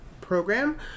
program